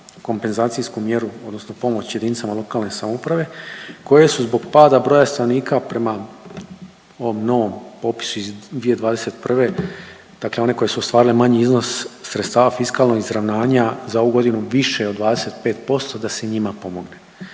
kompenzacijsku mjeru odnosno pomoć jedinicama lokalne samouprave koje su zbog pada broja stanovnika prema ovom novom popisu iz 2021., dakle one koje su ostvarile manji iznos sredstava fiskalnog izravnanja za ovu godinu više od 25% da se njima pomogne.